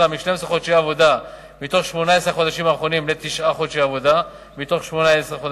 חודשי עבודה מתוך 18 חודשים אחרונים לתשעה חודשי עבודה מתוך 18,